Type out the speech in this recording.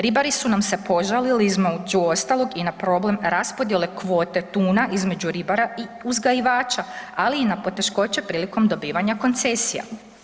Ribari su nam se požalili između ostalog i na problem raspodjele kvote tuna između ribara i uzgajivača, ali i na poteškoće prilikom dobivanja koncesija.